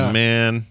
man